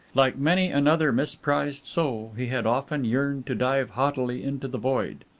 like many another misprized soul, he had often yearned to dive haughtily into the void,